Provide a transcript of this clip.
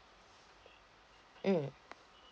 mm